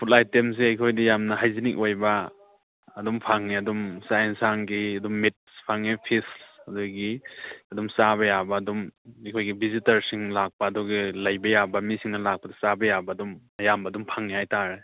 food ꯑꯥꯏꯇꯦꯝꯁꯦ ꯑꯩꯈꯣꯏꯗꯤ ꯌꯥꯝꯅ ꯍꯥꯏꯖꯅꯤꯛ ꯑꯣꯏꯕ ꯑꯗꯨꯝ ꯐꯪꯉꯦ ꯑꯗꯨꯝ ꯆꯥꯛ ꯌꯦꯟꯁꯥꯡꯒꯤ ꯑꯗꯨꯝ ꯃꯤꯠꯁ ꯐꯪꯉꯦ ꯐꯤꯁ ꯑꯗꯒꯤ ꯆꯥꯕ ꯌꯥꯕ ꯑꯗꯨꯝ ꯑꯩꯈꯣꯏꯒꯤ ꯚꯤꯖꯤꯇꯔꯁꯤꯡ ꯂꯥꯛꯄ ꯑꯗꯨꯒꯤ ꯂꯩꯕ ꯌꯥꯕ ꯃꯤꯁꯤꯡꯅ ꯂꯥꯛꯄꯗ ꯆꯥꯕ ꯌꯥꯕ ꯑꯗꯨꯝ ꯑꯌꯥꯝꯕ ꯑꯗꯨꯝ ꯐꯪꯉꯦ ꯍꯥꯏ ꯇꯥꯔꯦ